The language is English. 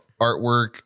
artwork